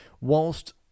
whilst